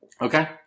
Okay